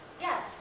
Yes